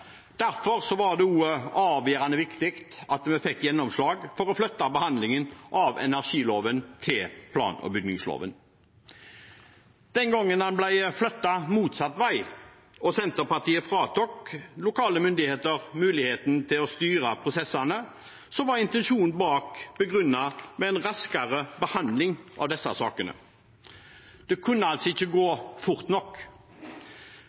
Derfor var det avgjørende viktig at vi fikk gjennomslag for å flytte behandlingen fra energiloven til plan- og bygningsloven. Den gangen den ble flyttet motsatt vei og Senterpartiet fratok lokale myndigheter muligheten til å styre prosessene, som var intensjonen bak – begrunnet med raskere behandling av disse sakene – kunne det altså ikke gå fort nok.